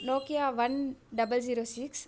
Nokia double one zero six